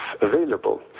available